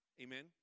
Amen